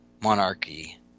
monarchy